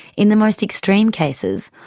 in the most extreme cases,